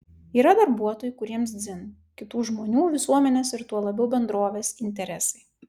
yra darbuotojų kuriems dzin kitų žmonių visuomenės ir tuo labiau bendrovės interesai